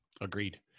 Agreed